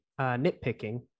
Nitpicking